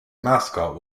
mascot